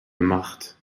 marthe